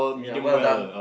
ya well done